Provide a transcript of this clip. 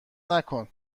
نکن